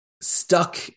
stuck